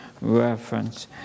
reference